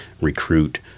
recruit